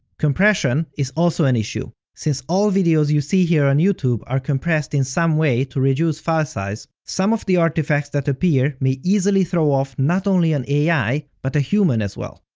compression is also an issue. since all videos you see here on youtube are compressed in some way to reduce filesize, some of the artifacts that appear may easily throw off not only an ai, but a human as well.